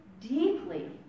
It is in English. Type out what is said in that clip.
deeply